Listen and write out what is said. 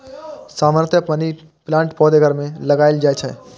सामान्यतया मनी प्लांटक पौधा घर मे लगाएल जाइ छै